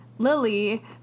Lily